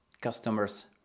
customers